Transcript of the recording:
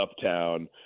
uptown